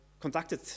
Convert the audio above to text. conducted